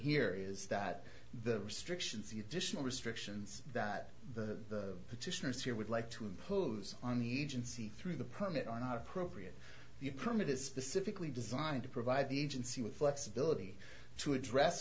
here is that the restrictions the additional restrictions that the petitioners here would like to impose on the agency through the permit are not appropriate the permit is specifically designed to provide the agency with flexibility to address